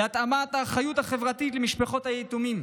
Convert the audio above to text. להטמעת האחריות החברתית למשפחות היתומים,